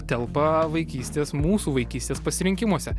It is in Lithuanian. telpa vaikystės mūsų vaikystės pasirinkimuose